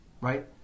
right